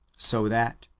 so that,